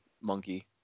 monkey